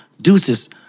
deuces